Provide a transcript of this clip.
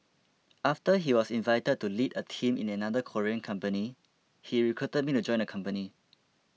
after he was invited to lead a team in another Korean company he recruited me to join the company